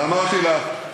ואמרתי לה: